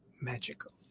magical